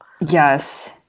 Yes